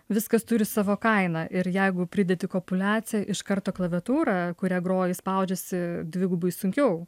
viskas turi savo kainą ir jeigu pridėti kopuliaciją iš karto klaviatūrą kuria groji spaudžiasi dvigubai sunkiau